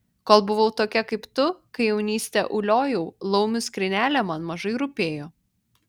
kol buvau tokia kaip tu kai jaunystę uliojau laumių skrynelė man mažai rūpėjo